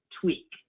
tweak